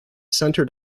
centered